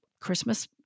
Christmas